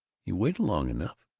you waited long enough!